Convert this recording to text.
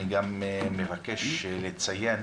אני גם מבקש לציין